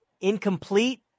incomplete